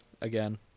again